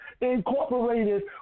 incorporated